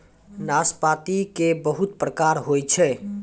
नाशपाती के बहुत प्रकार होय छै